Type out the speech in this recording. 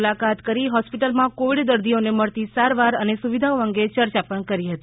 મુલાકત કરી હોસ્પિટલમાં કોવિડ દર્દીઓને મળતી સારવાર અને સુવિધાઓ અંગે ચર્ચા કરી હતી